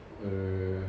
err